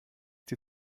die